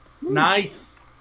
Nice